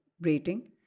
rating